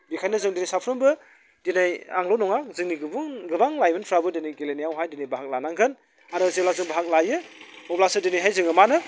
बेखायनो जों दिनै साफ्रोमबो दिनै आंल' नङा जोंनि गुबुन गोबां लाइमोनफ्राबो दिनै गेलेनायावहाय दिनै बाहागो लानांगोन आरो जेब्ला जों बाहागो लायो अब्लासो दिनैहाय जोङो मानो